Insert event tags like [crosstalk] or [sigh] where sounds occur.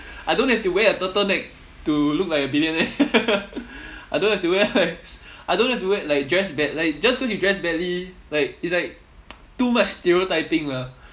I don't have to wear a turtle neck to look like a billionaire [laughs] I don't have to wear like I don't have to wear like dress bad like just cause you dress badly like it's like too much stereotyping lah